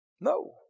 No